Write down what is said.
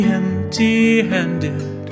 empty-handed